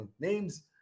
names